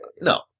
No